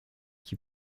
qui